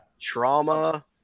Trauma